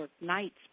nights